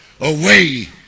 away